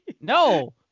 No